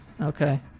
okay